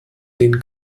dem